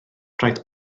rhaid